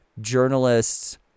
journalists